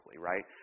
right